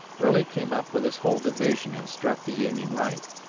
early came up with his whole division and struck the union right.